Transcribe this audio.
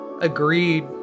Agreed